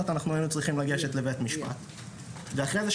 אנחנו היינו צריכים לגשת לבית משפט ואחרי זה,